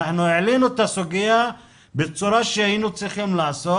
העלינו את הסוגיה בצורה שהיינו צריכים לעשות